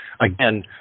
again